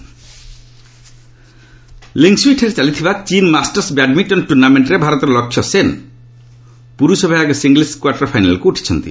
ବ୍ୟାଡ୍ମିଣ୍ଟ ଲିଙ୍ଗ୍ସୁଇଠାରେ ଚାଲିଥିବା ଚୀନ୍ ମାଷ୍ଟର୍ସ ବ୍ୟାଡ୍ମିଣ୍ଟନ୍ ଟୁର୍ଷ୍ଣାମେଣ୍ଟରେ ଭାରତର ଲକ୍ଷ୍ୟ ସେନ୍ ପୁରୁଷ ବିଭାଗ ସିଙ୍ଗଲ୍ସ କ୍ୱାର୍ଟରଫାଇନାଲ୍କୁ ଉଠିଛନ୍ତି